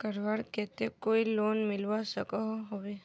करवार केते कोई लोन मिलवा सकोहो होबे?